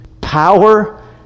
power